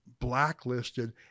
blacklisted